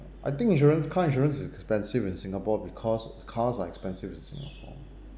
I think insurance car insurance is expensive in singapore because cars are expensive in singapore